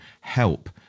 help